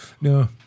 no